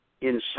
inside